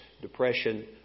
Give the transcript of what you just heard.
depression